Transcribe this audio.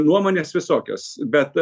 nuomonės visokios bet